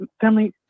family